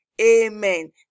amen